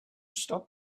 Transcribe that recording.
stop